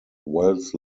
wells